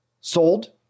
sold